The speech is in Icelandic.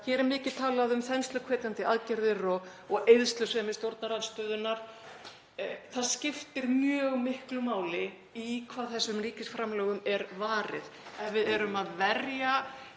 hér er mikið talað um þensluhvetjandi aðgerðir og eyðslusemi stjórnarandstöðunnar, að það skiptir mjög miklu máli í hvað þessum ríkisframlögum er varið. Ef við erum að verja